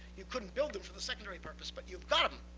you couldn't build them for the secondary purpose. but you've got them.